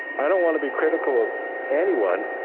i don't want to be critical of anyone,